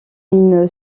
une